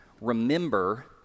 remember